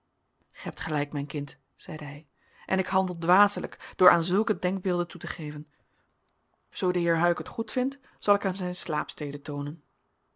gij hebt gelijk mijn kind zeide hij en ik handel dwaselijk door aan zulke denkbeelden toe te geven zoo de heer huyck het goedvindt zal ik hem zijn slaapstede toonen